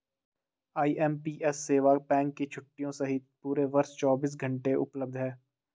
IMPS सेवा bank की छुट्टियों सहित पूरे वर्ष चौबीस घंटे उपलब्ध है